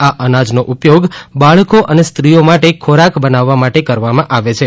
આ અનાજનો ઉપયોગ બાળકો અને સ્રીઓ માટે ખોરાક બનાવવા માટે કરવામાં આવે છે